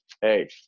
Hey